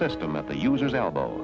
system at the user's elbow